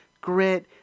Grit